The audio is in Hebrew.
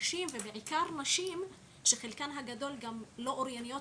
לאנשים ובעיקר לנשים שחלקן הגדול לא אורייניות